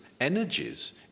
energies